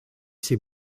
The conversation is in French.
ses